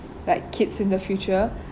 like kids in the future